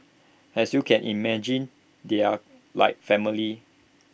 as you can imagine they are like family